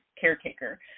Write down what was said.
caretaker